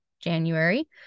January